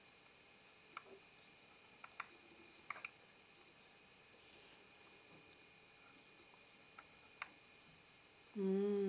mm